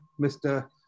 Mr